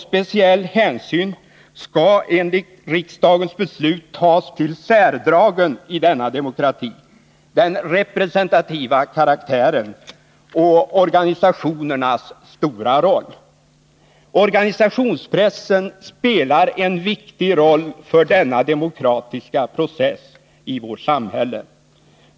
Speciell hänsyn skall enligt riksdagens beslut tas till särdragen i denna demokrati, den representativa karaktären och organisationernas stora roll. Organisationspressen spelar en viktig roll i den demokratiska processen i vårt samhälle.